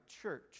church